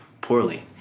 poorly